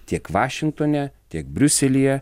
tiek vašingtone tiek briuselyje